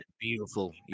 Beautiful